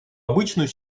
обычную